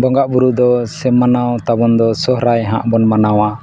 ᱵᱚᱸᱜᱟᱼᱵᱩᱨᱩᱜ ᱫᱚ ᱥᱮ ᱢᱟᱱᱟᱣ ᱛᱟᱵᱚᱱ ᱫᱚ ᱥᱚᱦᱚᱨᱟᱭ ᱦᱟᱸᱜ ᱵᱚᱱ ᱢᱟᱱᱟᱣᱟ